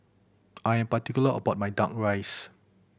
I am particular about my Duck Rice